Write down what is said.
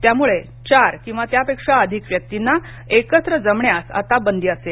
त्यामुळे चार किवा त्यापेक्षा अधिक व्यक्तीना एकत्र जमण्यास आता बंदी असेल